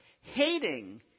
hating